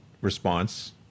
response